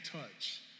touch